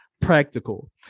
practical